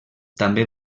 també